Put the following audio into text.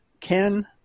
Ken